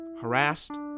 harassed